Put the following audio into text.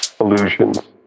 illusions